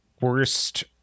worst